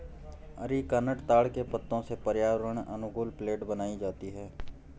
areca nut ताड़ के पत्तों से पर्यावरण अनुकूल प्लेट बनाई जाती है